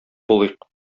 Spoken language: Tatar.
булыйк